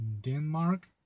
Denmark